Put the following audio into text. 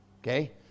Okay